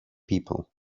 people